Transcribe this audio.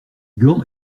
gants